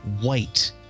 White